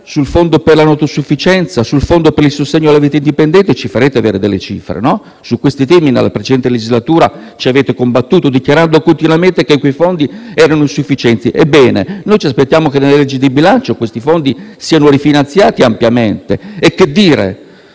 su quello per la non autosufficienza e su quello per il sostegno alla vita indipendente ci farete avere delle cifre, no? Su questi temi, nella precedente legislatura ci avete combattuto, dichiarando continuamente che quei fondi erano insufficienti: ebbene, ci aspettiamo che nella legge di bilancio siano rifinanziati ampiamente. Che dire